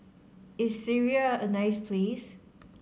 is Syria a nice place